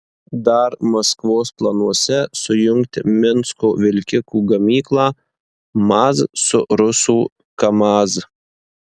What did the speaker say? dar maskvos planuose sujungti minsko vilkikų gamyklą maz su rusų kamaz